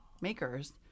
makers